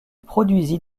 produisit